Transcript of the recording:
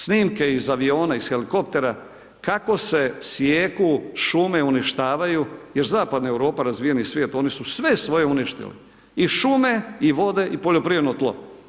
Snimke iz aviona, iz helikoptera, kako se sijeku šume, uništavaju jer zapadna Europa, razvijeni svijet, oni sve svoje uništili, i šume i vode i poljoprivredno tlo.